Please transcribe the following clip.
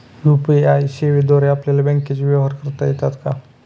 UPI सेवेद्वारे आपल्याला बँकचे व्यवहार करता येतात का?